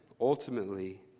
ultimately